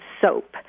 soap